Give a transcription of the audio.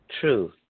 True